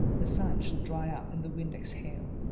the sun shall dry up, and the wind exhale.